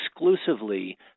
exclusively